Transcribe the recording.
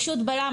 פשוט בלם.